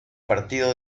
partido